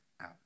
out